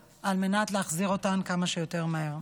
ואנחנו חייבים לעשות הכול על מנת להחזיר אותן כמה שיותר מהר.